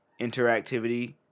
interactivity